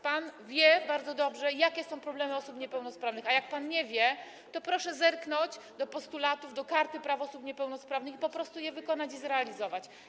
Pan wie bardzo dobrze, jakie są problemy osób niepełnosprawnych, a jak pan nie wie, to proszę zerknąć do postulatów, do Karty Praw Osób Niepełnosprawnych, i po prostu je wykonać, zrealizować.